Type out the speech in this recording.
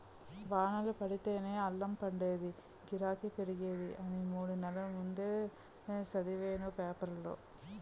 వానలు పడితేనే అల్లం పండేదీ, గిరాకీ పెరిగేది అని మూడు నెల్ల ముందే సదివేను పేపరులో